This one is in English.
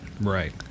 Right